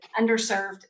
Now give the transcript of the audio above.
underserved